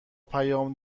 پیام